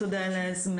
תודה על ההזמנה,